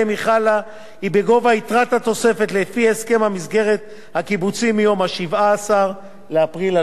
התוספת לפי הסכם המסגרת הקיבוצי מיום 17 באפריל 2008. בנוסף,